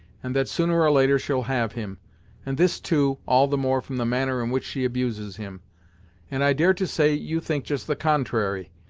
and that, sooner or later, she'll have him and this, too, all the more from the manner in which she abuses him and i dare to say, you think just the contrary.